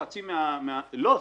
חצי לא,